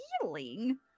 healing